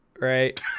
right